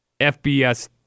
FBS